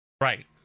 Right